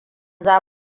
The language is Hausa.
za